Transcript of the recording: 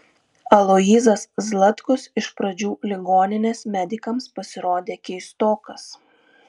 aloyzas zlatkus iš pradžių ligoninės medikams pasirodė keistokas